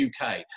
UK